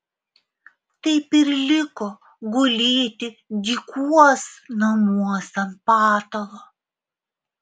taip ir liko gulėti dykuos namuos ant patalo